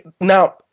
Now